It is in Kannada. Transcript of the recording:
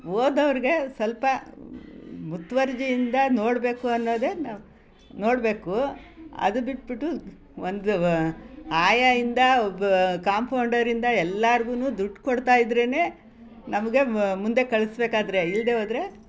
ಹೋದವ್ರಿಗೆ ಸ್ವಲ್ಪ ಮುತುವರ್ಜಿಯಿಂದ ನೋಡಬೇಕು ಅನ್ನೋದೆ ನಾವು ನೋಡಬೇಕು ಅದು ಬಿಟ್ಟುಬಿಟ್ಟು ಒಂದು ವ ಆಯಾಯಿಂದ ಒಬ್ಬ ಕಾಂಪೌಂಡರಿಂದ ಎಲ್ಲಾರ್ಗೂ ದುಡ್ಡು ಕೊಡ್ತಾ ಇದ್ದರೇನೆ ನಮಗೆ ಮ ಮುಂದೆ ಕಳಿಸ್ಬೇಕಾದ್ರೆ ಇಲ್ಲದೇ ಹೋದ್ರೆ